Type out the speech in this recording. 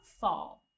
fall